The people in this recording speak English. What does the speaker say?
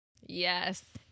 Yes